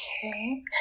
Okay